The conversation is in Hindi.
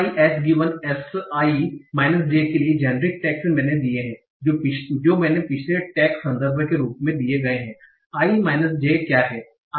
si j के लिए जेनेरिक टैग्स मैंने दिए हैं जो मैंने पिछले टैग संदर्भ के रूप में दिए गए हैं i j क्या हैं i 1 s1 और j हैं